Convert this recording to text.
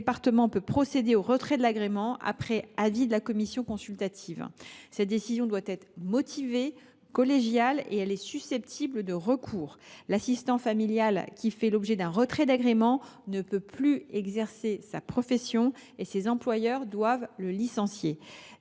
départemental peut procéder au retrait de l’agrément après avis de la commission consultative. Cette décision doit être motivée et collégiale, et elle est susceptible de recours. L’assistant familial qui fait l’objet d’un retrait d’agrément ne peut plus exercer sa profession et ses employeurs doivent alors le licencier.